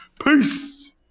Peace